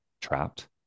trapped